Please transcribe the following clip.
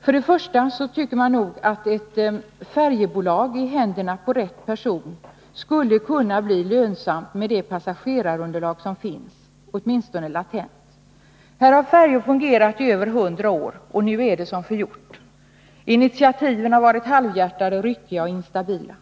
För det första tycker man att ett färjebolag i händerna på rätt personer skulle kunna bli lönsamt med det passagerarunderlag som finns, åtminstone latent. Här har färjor fungerat i över 100 år, och nu är det som förgjort. Initiativen har varit halvhjärtade, ryckiga och instabila.